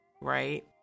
right